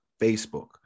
Facebook